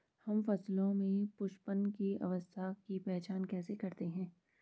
हम फसलों में पुष्पन अवस्था की पहचान कैसे करते हैं?